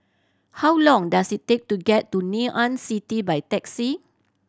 how long does it take to get to Ngee Ann City by taxi